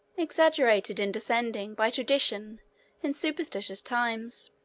exaggerated in descending by tradition in superstitious times.